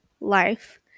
life